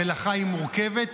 המלאכה היא מורכבת,